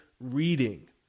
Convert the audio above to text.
reading